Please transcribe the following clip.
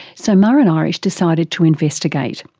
so muireann irish decided to investigate.